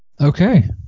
Okay